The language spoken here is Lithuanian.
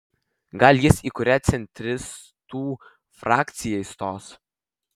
gal jis į kurią centristų frakciją įstos